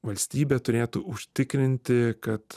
valstybė turėtų užtikrinti kad